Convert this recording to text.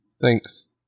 Thanks